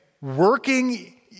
working